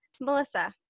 Melissa